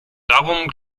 darum